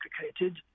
complicated